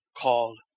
called